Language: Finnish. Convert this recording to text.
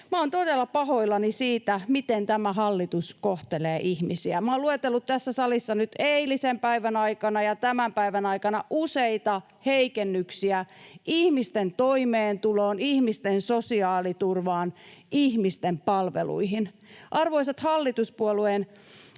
olen todella pahoillani siitä, miten tämä hallitus kohtelee ihmisiä. Minä olen luetellut tässä salissa nyt eilisen päivän aikana ja tämän päivän aikana useita heikennyksiä ihmisten toimeentuloon, ihmisten sosiaaliturvaan, ihmisten palveluihin. Arvoisat hallituspuolueiden